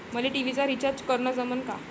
मले टी.व्ही चा रिचार्ज करन जमन का?